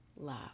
Love